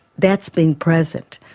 that's being present.